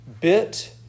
bit